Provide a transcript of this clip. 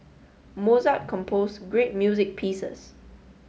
Mozart composed great music pieces